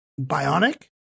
Bionic